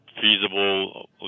feasible